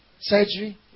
surgery